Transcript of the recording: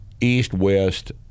east-west